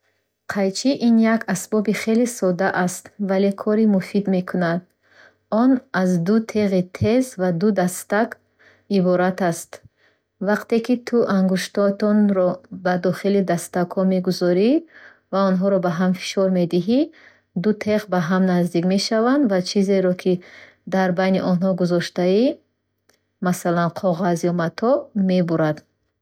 Қайчи — ин як асбоби хеле содда аст, вале кори муфид мекунад. Он аз ду теғи тез ва ду дастак иборат аст. Вақте ки ту ангуштонро ба дохили дастакҳо мегузорӣ ва онҳоро ба ҳам фишор медиҳӣ, ду теғ ба ҳам наздик мешаванд ва чизеро, ки байни онҳо гузоштаи, масалан, коғаз ё матоъ мебуранд.